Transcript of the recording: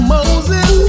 Moses